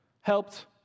helped